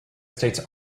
states